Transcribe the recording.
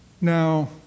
Now